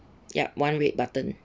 ya one red button